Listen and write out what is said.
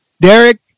Derek